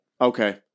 Okay